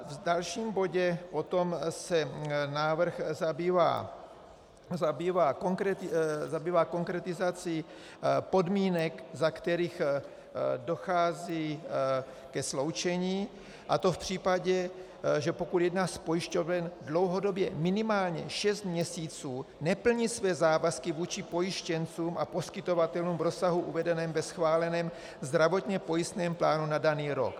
V dalším bodě potom se návrh zabývá konkretizací podmínek, za kterých dochází ke sloučení, a to v případě, že pokud jedna z pojišťoven dlouhodobě, minimálně šest měsíců, neplní své závazky vůči pojištěncům a poskytovatelům v rozsahu uvedeném ve schváleném zdravotně pojistném plánu na daný rok.